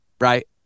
right